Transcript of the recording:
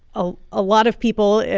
ah a lot of people,